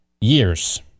years